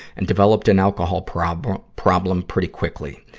and developed an alcohol problem problem pretty quickly.